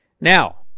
Now